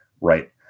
Right